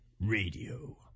Radio